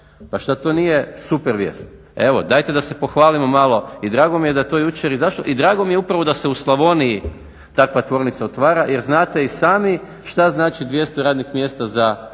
Pa što to nije super vijest. Evo, dajte da se pohvalimo malo i drago mi je da je to jučer izašlo. I drago mi je upravo da se u Slavoniji takva tvornica otvara jer znate i sami što znači 200 radnih mjesta za